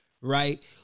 right